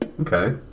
Okay